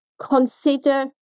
consider